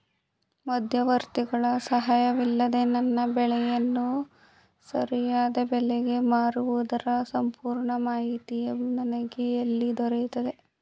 ಮಧ್ಯವರ್ತಿಗಳ ಸಹಾಯವಿಲ್ಲದೆ ನನ್ನ ಬೆಳೆಗಳನ್ನು ಸರಿಯಾದ ಬೆಲೆಗೆ ಮಾರುವುದರ ಸಂಪೂರ್ಣ ಮಾಹಿತಿಯು ನನಗೆ ಎಲ್ಲಿ ದೊರೆಯುತ್ತದೆ?